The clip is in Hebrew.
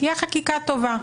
תהיה חקיקה טובה.